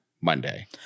Monday